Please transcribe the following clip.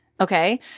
okay